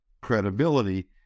credibility